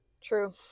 True